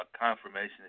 confirmation